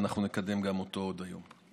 ואנחנו נקדם גם אותו עוד היום.